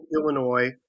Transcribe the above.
Illinois